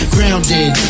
Grounded